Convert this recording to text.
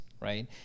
right